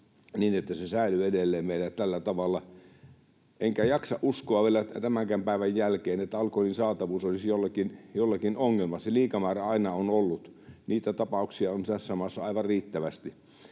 niin, että se säilyy edelleen meillä tällä tavalla, enkä jaksa uskoa vielä tämänkään päivän jälkeen, että alkoholin saatavuus olisi jollekin ongelma — se liika määrä aina on ollut. Niitä tapauksia on tässä maassa aivan riittävästi.